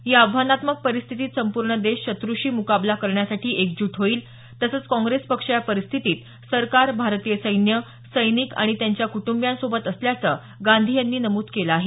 या आव्हानात्मक परिस्थितीत संपूर्ण देश शत्रूशी मुकाबला करण्यासाठी एकजूट होईल तसंच काँग्रेस पक्ष या परिस्थितीत सरकार भारतीय सैन्य सैनिक आणि त्यांच्या कुटुंबीयांसोबत असल्याचं गांधी यांनी नमूद केलं आहे